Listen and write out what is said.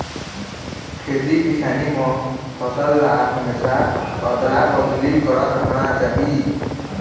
खेती किसानी म फसल ल हमेशा अदला बदली करत रहना चाही